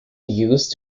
used